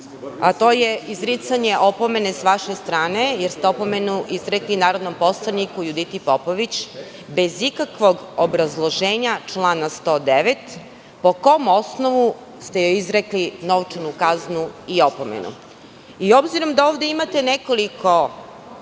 a to je izricanje opomene sa vaše strane, jer ste opomenu izrekli narodnom poslaniku Juditi Popović, bez ikakvog obrazloženja člana 109. po kom osnovu ste joj izrekli novčanu kaznu i opomenu? Obzirom da ovde imate nekoliko,